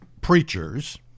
preachers